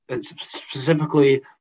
specifically